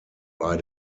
bei